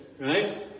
Right